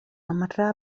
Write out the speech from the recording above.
مرة